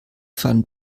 van